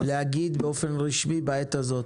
להגיד באופן רשמי בעת הזאת.